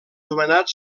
nomenat